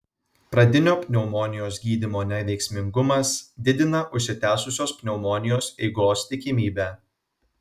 pradinio pneumonijos gydymo neveiksmingumas didina užsitęsusios pneumonijos eigos tikimybę